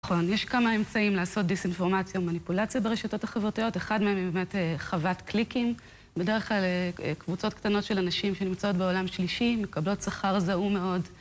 נכון, יש כמה אמצעים לעשות דיסאינפורמציה ומניפולציה ברשתות החברתיות, אחד מהם היא באמת חוות קליקים, בדרך כלל קבוצות קטנות של אנשים שנמצאות בעולם שלישי מקבלות שכר זעום מאוד